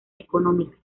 económicas